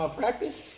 practice